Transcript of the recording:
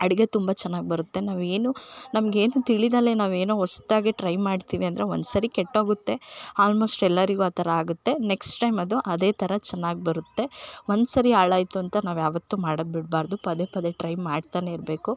ಅಡಿಗೆ ತುಂಬ ಚೆನ್ನಾಗ್ ಬರುತ್ತೆ ನಾವೇನು ನಮಗೇನು ತಿಳಿದಲೇ ನಾವೇನೋ ಹೊಸ್ದಾಗಿ ಟ್ರೈ ಮಾಡ್ತೀವಿ ಅಂದರೆ ಒಂದ್ಸರಿ ಕೆಟ್ಟು ಹೋಗುತ್ತೆ ಆಲ್ಮೋಸ್ಟ್ ಎಲ್ಲರಿಗೂ ಆ ಥರ ಆಗುತ್ತೆ ನೆಕ್ಸ್ಟ್ ಟೈಮ್ ಅದು ಅದೇ ಥರ ಚೆನ್ನಾಗ್ ಬರುತ್ತೆ ಒಂದ್ಸರಿ ಹಾಳಾಯ್ತು ಅಂತ ನಾವು ಯಾವತ್ತು ಮಾಡೋದು ಬಿಡಬಾರ್ದು ಪದೇ ಪದೇ ಟ್ರೈ ಮಾಡ್ತಾನೆ ಇರಬೇಕು